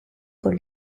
con